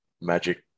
magic